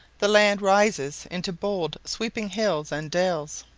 the land rises into bold sweeping hills and dales.